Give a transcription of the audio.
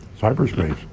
Cyberspace